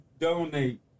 donate